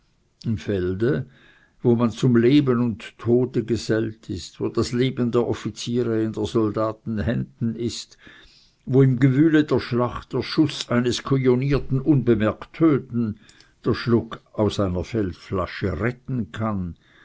im felde wo man zum leben und tode gesellt ist wo das leben der offiziere in der soldaten händen ist wo im gewühle der schlacht der schuß eines kujonierten unbemerkt töten der schluck aus einer feldflasche retten kann